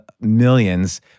millions